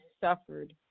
suffered